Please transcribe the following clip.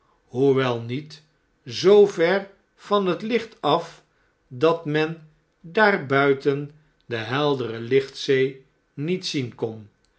hoewel niet zoo ver van het licht af dat men daar buiten de heldere lichtzee niet zien kon